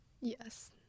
yes